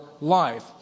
life